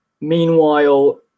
Meanwhile